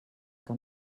que